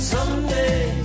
Someday